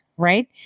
right